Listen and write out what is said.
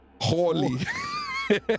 holy